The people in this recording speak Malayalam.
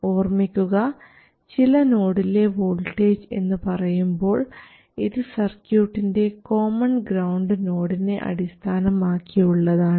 ഓർമ്മിക്കുക ചില നോഡിലെ വോൾട്ടേജ് എന്നുപറയുമ്പോൾ ഇത് സർക്യൂട്ടിൻറെ കോമൺ ഗ്രൌണ്ട് നോഡിനെ അടിസ്ഥാനമാക്കിയുള്ളതാണ്